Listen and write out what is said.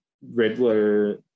Riddler